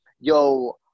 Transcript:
yo